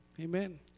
Amen